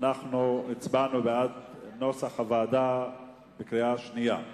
הצבענו בעד נוסח הוועדה בקריאה שנייה לחוק.